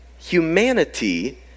humanity